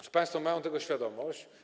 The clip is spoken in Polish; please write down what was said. Czy państwo mają tego świadomość?